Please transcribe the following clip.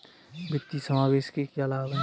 वित्तीय समावेशन के क्या लाभ हैं?